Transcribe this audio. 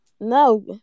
No